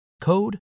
code